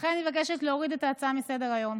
ולכן אני מבקשת להוריד את ההצעה מסדר-היום.